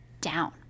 down